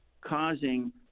causing